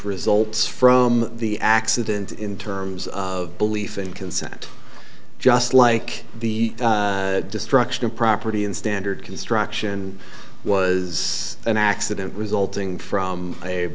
results from the accident in terms of belief and consent just like the destruction of property in standard construction was an accident resulting from a